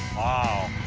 wow.